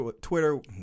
Twitter